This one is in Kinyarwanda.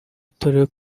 atorewe